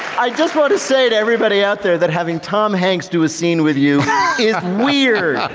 i just want to say to everybody out there that having tom hanks do a scene with you is weird.